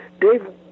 Dave